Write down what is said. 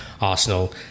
Arsenal